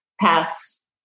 pass